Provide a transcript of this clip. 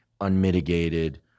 unmitigated